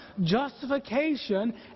Justification